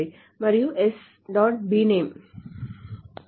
bname branch పేరు DEF